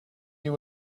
you